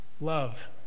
Love